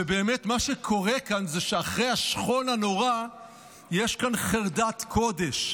ובאמת מה שקורה כאן זה שאחרי השכול הנורא יש כאן חרדת קודש.